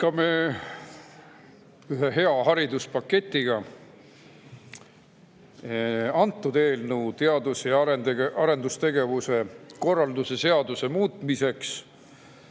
Jätkame ühe hea hariduspaketiga. Antud eelnõu teadus‑ ja arendustegevuse korralduse seaduse muutmiseks